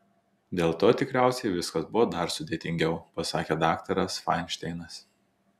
dėl to tikriausiai viskas buvo dar sudėtingiau pasakė daktaras fainšteinas